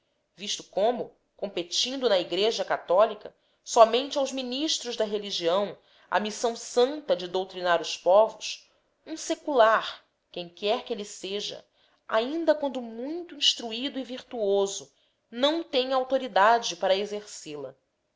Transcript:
visto como competindo na igreja católica somente aos ministros da religião a missão santa de doutrinar os povos um secular quem quer que ele seja ainda quando muito instruído e virtuoso não tem autoridade para exercê la